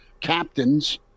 captains